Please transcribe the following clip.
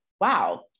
Wow